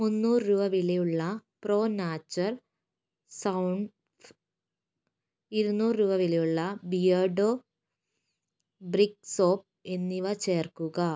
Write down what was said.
മുന്നൂറ് രൂപ വിലയുള്ള പ്രോ നാച്ചർ സൗൻഫ് ഇരുന്നൂറ് രൂപ വിലയുള്ള ബിയർഡോ ബ്രിക് സോപ്പ് എന്നിവ ചേർക്കുക